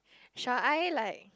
shall I like